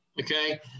Okay